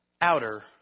outer